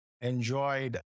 enjoyed